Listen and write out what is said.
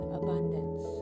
abundance